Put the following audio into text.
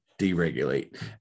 deregulate